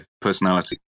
personality